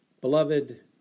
Beloved